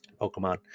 Pokemon